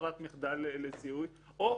המפעיל או